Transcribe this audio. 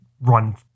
run